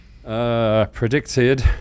Predicted